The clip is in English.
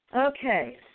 Okay